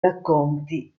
racconti